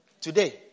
today